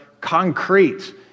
concrete